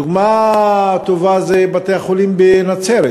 דוגמה טובה היא בתי-החולים בנצרת,